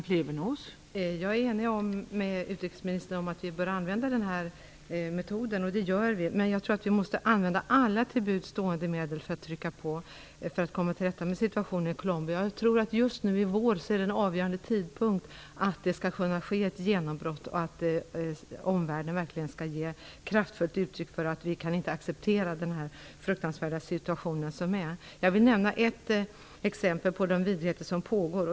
Fru talman! Jag är enig med utrikesministern om att vi bör använda den här metoden, vilket vi också gör. Men jag tror att vi måste använda alla till buds stående medel för att trycka på för att man skall komma till rätta med situationen i Colombia. En avgörande tidpunkt för att det skall kunna ske ett genombrott är i vår. Omvärlden skall då verkligen ge ett kraftfullt uttryck för att vi inte kan acceptera den fruktansvärda situationen som råder. Jag vill nämna ett exempel på de vidrigheter som pågår.